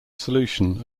solution